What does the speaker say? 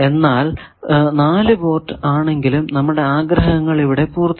എന്നാൽ 4 പോർട്ട് ആണെങ്കിലും നമ്മുടെ ആഗ്രഹങ്ങൾ ഇവിടെ പൂർത്തിയായി